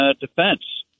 defense